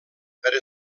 per